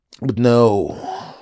no